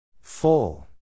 Full